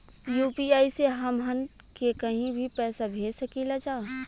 UPI से हमहन के कहीं भी पैसा भेज सकीला जा?